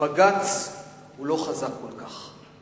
בג"ץ הוא לא חזק כל כך.